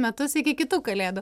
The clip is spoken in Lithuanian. metus iki kitų kalėdų